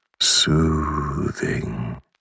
soothing